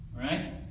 Right